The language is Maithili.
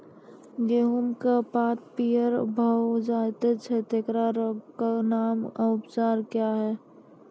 गेहूँमक पात पीअर भअ जायत छै, तेकरा रोगऽक नाम आ उपचार क्या है?